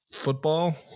football